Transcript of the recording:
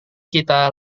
kita